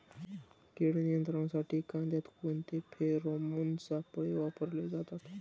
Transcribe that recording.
कीड नियंत्रणासाठी कांद्यात कोणते फेरोमोन सापळे वापरले जातात?